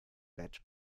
bett